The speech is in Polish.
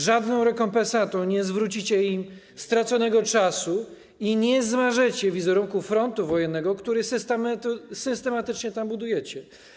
Żadną rekompensatą nie zwrócicie im straconego czasu i nie zmażecie wizerunku frontu wojennego, który systematycznie tam budujecie.